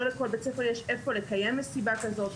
לא לכל בית ספר יש איפה לקיים מסיבה כזאת.